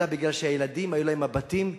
אלא מפני שלילדים היו מבטים כאלה,